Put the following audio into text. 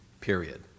period